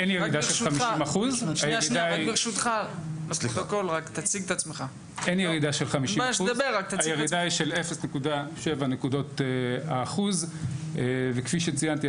אין ירידה של 50%. הירידה היא של 0.7%. וכפי שציינתי,